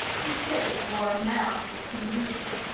his face wore a mask of confusion.